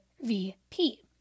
VP